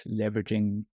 leveraging